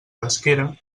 pesquera